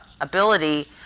ability